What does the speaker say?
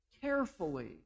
carefully